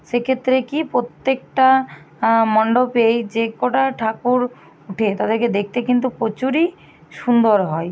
সেক্ষেত্রে কি প্রত্যেকটা মণ্ডপেই যে কটা ঠাকুর উঠে তাদেরকে দেখতে কিন্তু প্রচুরই সুন্দর হয়